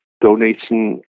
donation